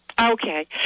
Okay